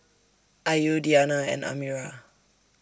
Ayu Diyana and Amirah